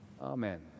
Amen